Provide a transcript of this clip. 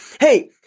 Hey